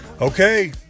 Okay